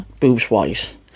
boobs-wise